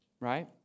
right